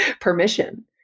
permission